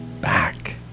back